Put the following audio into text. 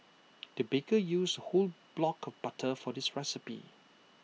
the baker used A whole block of butter for this recipe